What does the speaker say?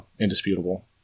indisputable